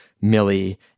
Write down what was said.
Millie